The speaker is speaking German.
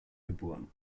geboren